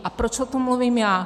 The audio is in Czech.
A proč o tom mluvím já?